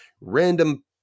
random